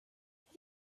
have